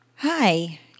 Hi